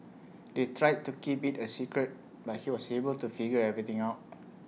they tried to keep IT A secret but he was able to figure everything out